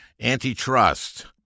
antitrust